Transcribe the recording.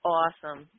awesome